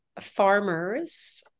farmers